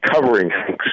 covering